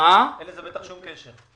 אין לזה בטח שום קשר.